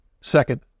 Second